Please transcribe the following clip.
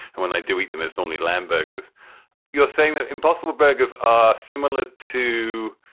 and when i do eat them, it's only lamberg, as you're saying, that impossible. burgers ah similar to.